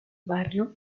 barrio